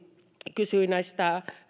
kysyi näistä